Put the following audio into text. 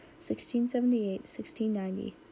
1678-1690